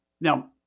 now